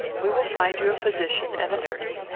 we will find you a physician and a nurse,